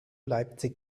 leipzig